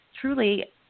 truly